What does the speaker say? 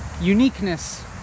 uniqueness